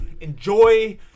Enjoy